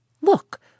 Look